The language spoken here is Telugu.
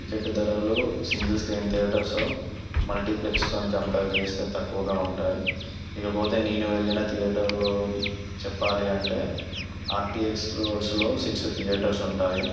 టికెట్ ధరలు సింగల్ స్క్రీన్ థియేటర్స్ మల్టీప్లెక్స్ తోటి కంపేర్ చేస్తే తక్కువగా ఉంటాయి ఇకపోతే నేను వెళ్లిన థియేటర్లో చెప్పాలి అంటే ఆర్టిఎక్స్ రోడ్స్లో సిక్స్ థియేటర్స్ ఉంటాయి